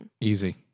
Easy